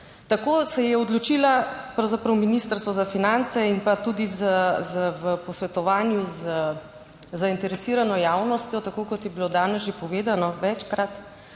Tako se je odločila pravzaprav Ministrstvo za finance in pa tudi v posvetovanju z zainteresirano javnostjo, tako kot je bilo danes že povedano večkrat,